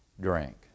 drink